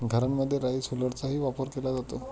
घरांमध्ये राईस हुलरचाही वापर केला जातो